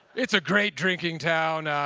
it's a great drinking town.